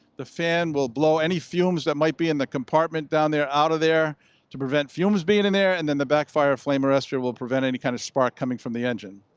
the fan will blow any fumes that might be in the compartment down there out of there to prevent fumes being in in there and then the backfire flame arrester will prevent any kind of spark coming from the engine.